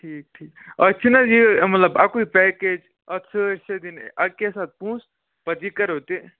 ٹھیٖک ٹھیٖک اَتھ چھِنہٕ حظ یہِ مطلب اَکُے پیکیج اَتھ سٲرِسٕے دِنۍ اَکی ساتہٕ پۄنٛسہٕ پَتہٕ یہِ کَرَو تہِ